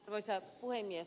arvoisa puhemies